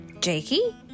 Jakey